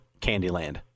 Candyland